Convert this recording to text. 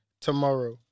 tomorrow